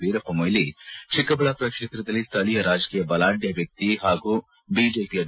ವೀರಪ್ಪ ಮೊಯ್ಲಿ ಚಿಕ್ಕಬಳ್ಳಾಪುರ ಕ್ಷೇತ್ರದಲ್ಲಿ ಸ್ಥಳೀಯ ರಾಜಕೀಯ ಬಲಾಢ್ಯ ವ್ಯಕ್ತಿ ಹಾಗೂ ಬಿಜೆಪಿಯ ಬಿ